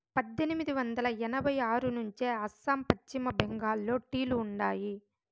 పద్దెనిమిది వందల ఎనభై ఆరు నుంచే అస్సాం, పశ్చిమ బెంగాల్లో టీ లు ఉండాయి